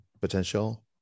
potential